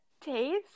taste